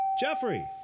Jeffrey